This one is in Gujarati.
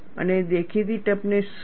અને દેખીતી ટફનેસ શું છે